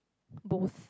both